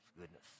Goodness